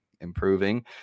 improving